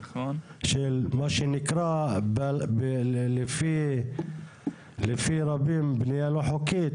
של מה שנקרא לפי רבים בנייה לא חוקית,